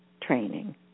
training